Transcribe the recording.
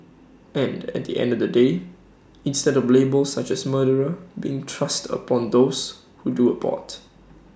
and at the end of the day instead of labels such as murderer being thrust upon those who do abort